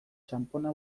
txanpona